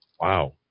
Wow